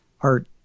art